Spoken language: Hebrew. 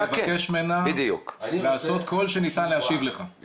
ואבקש ממנה לעשות כל שניתן להשיב לך.